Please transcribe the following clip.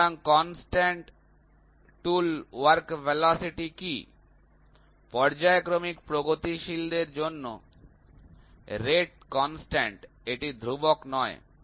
সুতরাং constant tool work velocity কী পর্যায়ক্রমিক প্রগতিশীলদের জন্য রেট কনস্ট্যান্ট এটি ধ্রুবক নয়